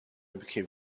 became